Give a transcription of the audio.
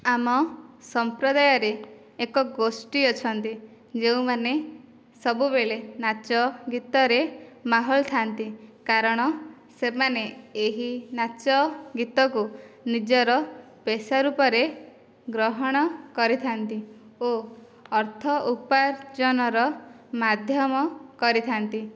ଆମ ସମ୍ପ୍ରଦାୟରେ ଏକ ଗୋଷ୍ଠୀ ଅଛନ୍ତି ଯେଉଁମାନେ ସବୁବେଳେ ନାଚ ଗୀତରେ ମାହୋଲ ଥାନ୍ତି କାରଣ ସେମାନେ ଏହି ନାଚ ଗୀତକୁ ନିଜର ପେଶା ରୂପରେ ଗ୍ରହଣ କରିଥାନ୍ତି ଓ ଅର୍ଥ ଉପାର୍ଜନର ମାଧ୍ୟମ କରିଥାନ୍ତି